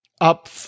up